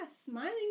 smiling